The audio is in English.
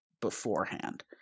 beforehand